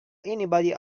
anybody